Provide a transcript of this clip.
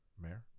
Mayor